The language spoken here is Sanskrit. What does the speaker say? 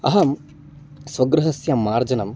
अहं स्वगृहस्य मार्जनम्